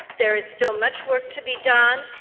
there is still much work to be done,